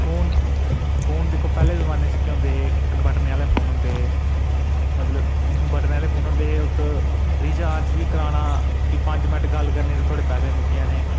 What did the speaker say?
नुहाड़े बाद फोन दिक्खो पैह्ले जमाने च होंदे हे इक बटनें आह्ले फोन होंदे हे ते मतलब रिचार्ज बी कराना